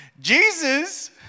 Jesus